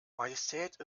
majestät